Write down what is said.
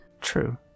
True